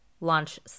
launch